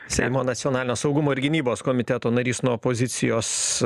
seimo nacionalinio saugumo ir gynybos komiteto narys nuo opozicijos